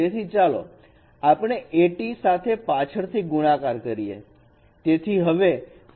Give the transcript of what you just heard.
તેથી ચાલો આપણે AT સાથે પાછળથી ગુણાકાર કરીએ